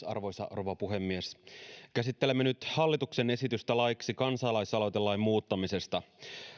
arvoisa rouva puhemies käsittelemme nyt hallituksen esitystä laiksi kansalaisaloitelain muuttamisesta